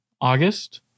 august